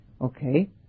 Okay